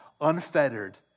unfettered